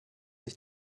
sich